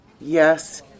Yes